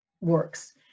works